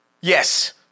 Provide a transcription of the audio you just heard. Yes